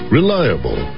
Reliable